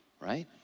right